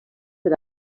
per